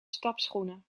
stapschoenen